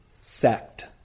sect